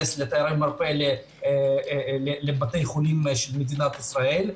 לתיירי מרפא להיכנס לבתי החולים במדינת ישראל עכשיו.